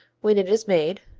when it is made,